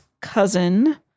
cousin